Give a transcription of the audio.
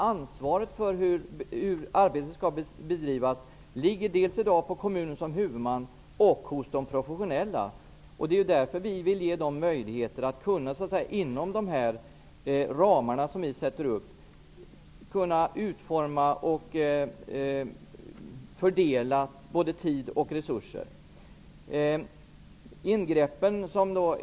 Ansvaret för hur arbetet skall bedrivas ligger alltså dels på kommunen som huvudman, dels på de professionella. Det är därför vi vill ge dem möjligheter att inom de ramar som vi sätter upp utforma och fördela både tid och resurser.